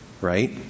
right